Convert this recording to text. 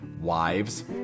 wives